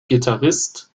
gitarrist